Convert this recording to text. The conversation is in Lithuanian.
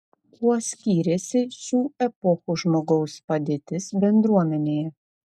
kuo skyrėsi šių epochų žmogaus padėtis bendruomenėje